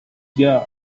yeah